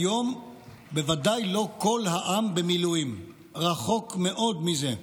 כיום בוודאי לא כל העם במילואים, רחוק מאוד מזה.